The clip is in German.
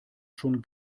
schon